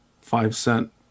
five-cent